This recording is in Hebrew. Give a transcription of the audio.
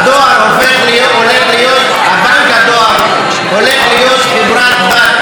בנק הדואר הולך להיות חברת בת,